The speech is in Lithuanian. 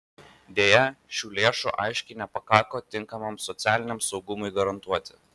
deja šių lėšų aiškiai nepakako tinkamam socialiniam saugumui garantuoti